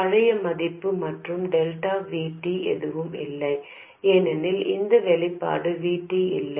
பழைய மதிப்பு மற்றும் டெல்டா V T எதுவும் இல்லை ஏனெனில் இந்த வெளிப்பாடு V T இல்லை